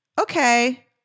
okay